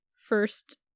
first